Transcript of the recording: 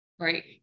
Right